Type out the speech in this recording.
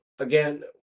Again